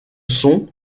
sont